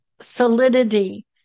solidity